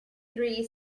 three